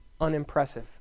unimpressive